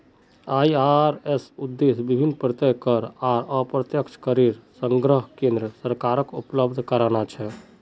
IRS उद्देश्य विभिन्न प्रत्यक्ष कर आर अप्रत्यक्ष करेर संग्रह केन्द्र सरकारक उपलब्ध कराना छे